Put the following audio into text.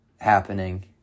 happening